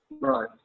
Right